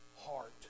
heart